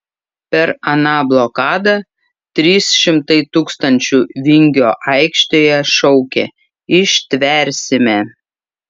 per aną blokadą trys šimtai tūkstančių vingio aikštėje šaukė ištversime